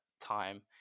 time